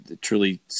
truly